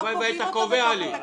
הלוואי והיית קובע לי.